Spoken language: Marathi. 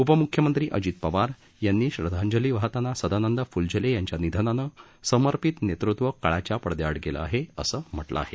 उपम्ख्यमंत्री अजित पवार यांनी श्रद्धांजली वाहताना सदानंद फ्लझेले यांच्या निधनानं समर्पित नेतृत्व काळाच्या पडद्याआड गेले आहे असं म्हटलं आहे